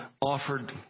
offered